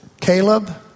Caleb